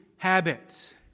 Habits